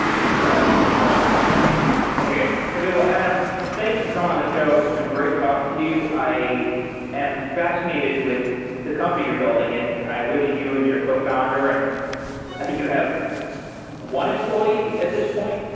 and you know that's yeah i hear you. okay, well adam, thank you for coming on the show. it's been great talking to you. i am fascinated with the company you're building and i wish you and your co founder, and i think you have one employee at this point,